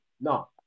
No